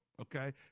Okay